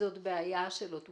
זו בעיה שלא טופלה.